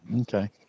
okay